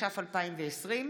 התש"ף 2020,